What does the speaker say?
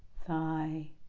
thigh